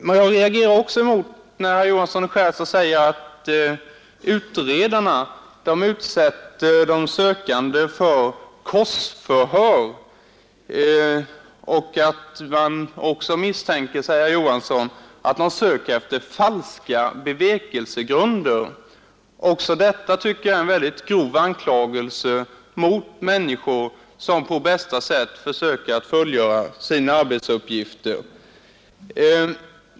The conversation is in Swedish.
Men jag reagerar också mot att herr Johansson i Skärstad säger att utredarna utsätter de sökande för korsförhör, och att man misstänker att utredarna söker efter falska bevekelsegrunder. Jag tycker att detta är en mycket grov anklagelse mot människor, som på bästa sätt försöker fullgöra sina arbetsuppgifter.